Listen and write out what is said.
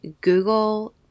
Google